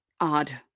odd